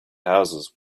houses